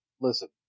listen